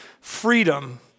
freedom